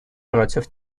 против